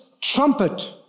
trumpet